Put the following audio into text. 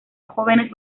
jóvenes